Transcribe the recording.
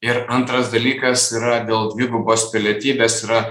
ir antras dalykas yra dėl dvigubos pilietybės yra